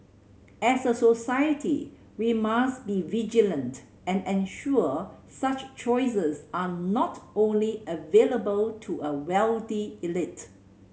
as a society we must be vigilant and ensure such choices are not only available to a wealthy elite